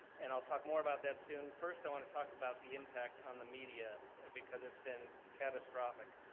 and i'll talk more about that soon. first, i wanna talk about the impact on the media because it's been catastrophic.